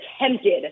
attempted